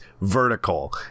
vertical